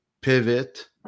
pivot